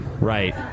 Right